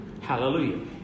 Hallelujah